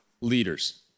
leaders